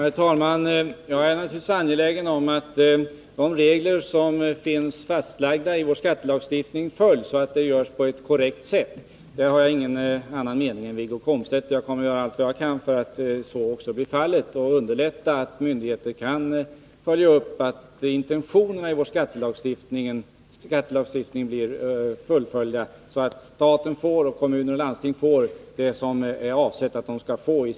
Herr talman! Jag är naturligtvis angelägen om att de regler som finns fastlagda i vår skattelagstiftning följs på ett korrekt sätt. Där har jag ingen annan mening än Wiggo Komstedt. Jag kommer att göra allt vad jag kan för att underlätta för myndigheterna att fullfölja intentionerna i vår skattelagstiftning, så att staten, kommuner och landsting får de skatteintäkter som det är avsett att de skall få.